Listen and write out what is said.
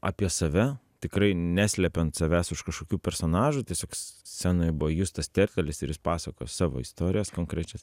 apie save tikrai neslepiant savęs už kažkokių personažų tiesiog scenoje buvo justas tertelis ir jis pasakojo savo istorijas konkrečias